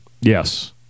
Yes